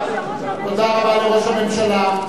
תודה רבה לראש הממשלה.